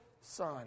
son